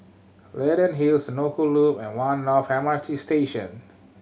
Leyden Hill Senoko Loop and One North M R T Station